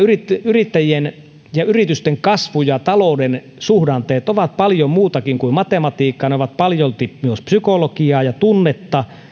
yrittäjien ja yritysten kasvu ja talouden suhdanteet ovat paljon muutakin kuin matematiikkaa ne ovat paljolti myös psykologiaa ja tunnetta